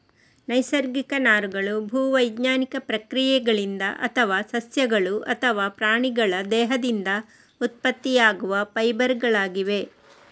ನೈಸರ್ಗಿಕ ನಾರುಗಳು ಭೂ ವೈಜ್ಞಾನಿಕ ಪ್ರಕ್ರಿಯೆಗಳಿಂದ ಅಥವಾ ಸಸ್ಯಗಳು ಅಥವಾ ಪ್ರಾಣಿಗಳ ದೇಹದಿಂದ ಉತ್ಪತ್ತಿಯಾಗುವ ಫೈಬರ್ ಗಳಾಗಿವೆ